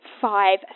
five